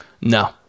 No